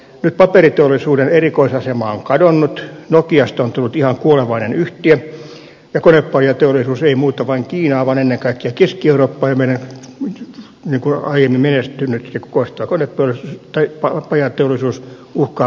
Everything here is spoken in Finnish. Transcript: nyt paperiteollisuuden erikoisasema on kadonnut nokiasta on tullut ihan kuolevainen yhtiö ja konepajateollisuus ei muuta vain kiinaan vaan ennen kaikkea keski eurooppaan ja meidän aiemmin menestynyt ja kukoistanut konepajateollisuutemme uhkaa muuttua pelkiksi insinööritoimistoiksi